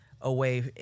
away